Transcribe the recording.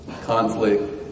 conflict